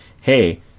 hey